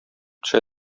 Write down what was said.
төшә